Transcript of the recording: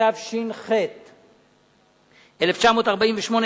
התש"ח 1948,